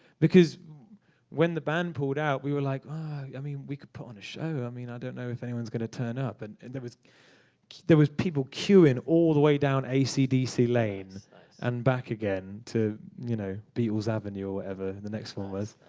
because when the band pulled out, we were like, ah oh, i mean, we could put on a show. i mean, i don't know if anyone's going to turn up. and and there was there was people queuing all the way down ac dc lane and back again to you know beatles avenue, or whatever the next one was.